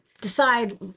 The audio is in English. decide